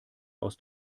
aus